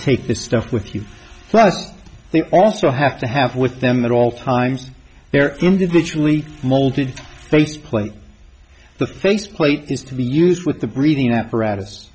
take this stuff with you they also have to have with them at all times they're individually molded face plate the face plate is to be used with the breathing apparatus